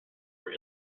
were